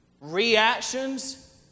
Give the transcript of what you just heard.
Reactions